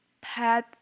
pet